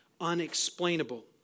unexplainable